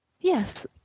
Yes